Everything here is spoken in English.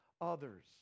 others